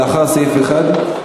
לאחר סעיף 1,